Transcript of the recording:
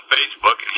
Facebook